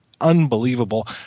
unbelievable